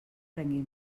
prengui